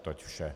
Toť vše.